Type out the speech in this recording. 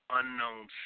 unknown